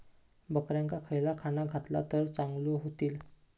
बकऱ्यांका खयला खाणा घातला तर चांगल्यो व्हतील?